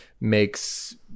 makes